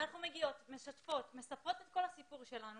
אנחנו מגיעות, משתפות, מספרות את כל הסיפור שלנו